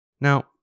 Now